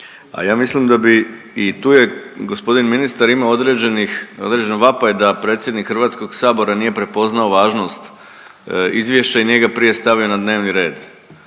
a ja mislim da bi i tu je g. ministar imao određenih određen vapaj da predsjednik HS-a nije prepoznao važnost izvješća i nije ga prije stavio na dnevni red.